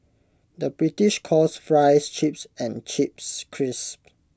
the British calls Fries Chips and Chips Crisps